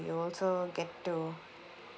you also get to